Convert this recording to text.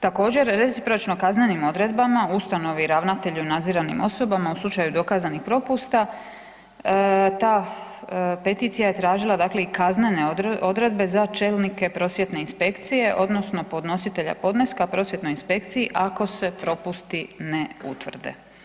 Također recipročno kaznenim odredbama ustanovi i ravnatelju nadziranim osobama u slučaju dokazanih propusta ta peticija je tražila i kaznene odredbe za čelnike prosvjetne inspekcije odnosno podnositelja podneska prosvjetnoj inspekciji ako se propusti ne utvrde.